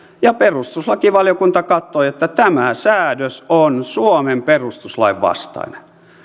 ja perustuslakivaliokunta katsoi että tämä säädös on suomen perustuslain vastainen